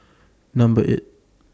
Number eight